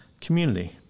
community